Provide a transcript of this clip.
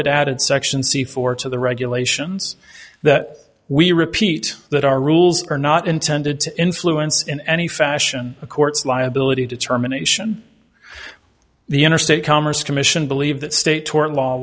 it added section c four to the regulations that we repeat that our rules are not intended to influence in any fashion a court's liability determination the interstate commerce commission believe that state tort law